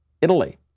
Italy